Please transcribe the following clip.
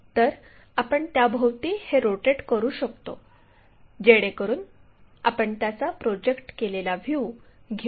तर आपण त्याभोवती हे रोटेट करू शकतो जेणेकरून आपण त्याचा प्रोजेक्ट केलेला व्ह्यू घेऊ